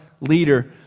leader